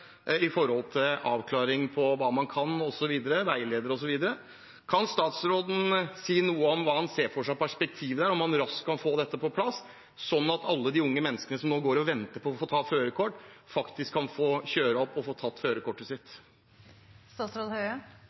avklaring av hva man kan, osv. – veileder osv. Kan statsråden si noe om hva han ser for seg av perspektiver – om man raskt kan få dette på plass, slik at alle de unge menneskene som nå går og venter på å få ta førerkort, faktisk kan få kjøre opp og få førerkortet